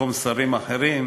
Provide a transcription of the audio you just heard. במקום שרים אחרים,